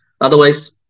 otherwise